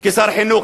כשר החינוך.